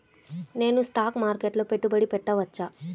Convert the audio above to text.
నేను స్టాక్ మార్కెట్లో పెట్టుబడి పెట్టవచ్చా?